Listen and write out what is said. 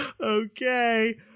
Okay